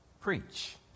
preach